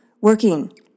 working